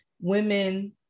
women